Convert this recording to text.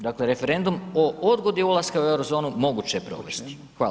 Dakle referendum o odgodi ulaska u Eurozonu moguće je provesti.